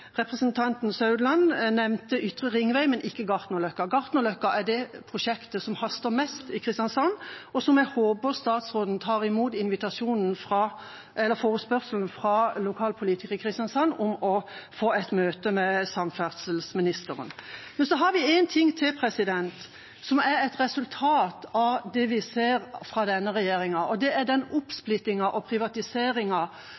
representanten Meininger Saudland nevnte Ytre Ringvei, men ikke Gartnerløkka. Gartnerløkka er det prosjektet som haster mest i Kristiansand, og jeg håper samferdselsministeren tar imot forespørselen fra lokalpolitikere i Kristiansand om å få et møte med ham. Så har vi én ting til som er et resultat av det vi ser fra denne regjeringa, og det er den